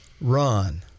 run